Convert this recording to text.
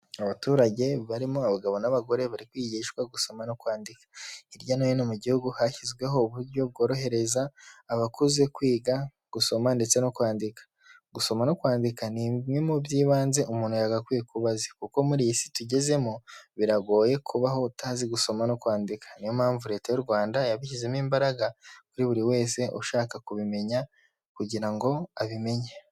Abaturage barimo abagabo n'abagore bari kwigishwa gusoma no kwandika, hirya no hino mu gihugu hashyizweho uburyo bworohereza abakuze kwiga gusoma ndetse no kwandika, gusoma no kwandika nibimwe mu by'ibanze umuntu yagakwiye kuba azi kuko muri iy'isi tugezemo biragoye kubaho utazi gusoma no kwandika, niyo mpamvu Leta y'u Rwanda yabishyizemo imbaraga kuri buri wese ushaka kubimenya kugira ngo abimenye.